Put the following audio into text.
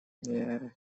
nie